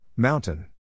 Mountain